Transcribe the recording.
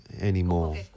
anymore